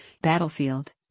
Battlefield